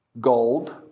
Gold